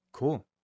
Cool